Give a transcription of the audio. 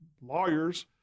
lawyers